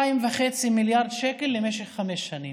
2.5 מיליארד שקל למשך חמש שנים.